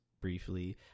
briefly